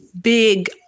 big